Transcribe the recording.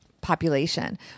population